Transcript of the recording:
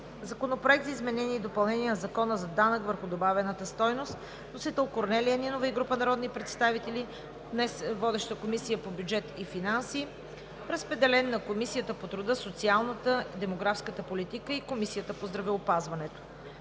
Законопроект за изменение и допълнение на Закона за данък върху добавената стойност с вносители Корнелия Нинова и група народни представители. Водеща е Комисията по бюджет и финанси. Разпределен е на Комисията по труда, социалната и демографската политика и Комисията по здравеопазването.